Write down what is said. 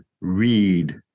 read